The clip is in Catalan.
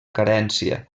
carència